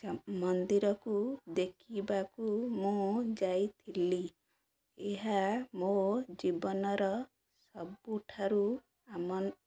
ମନ୍ଦିରକୁ ଦେଖିବାକୁ ମୁଁ ଯାଇଥିଲି ଏହା ମୋ ଜୀବନର ସବୁଠାରୁ ଆମ